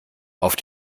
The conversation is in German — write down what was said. auf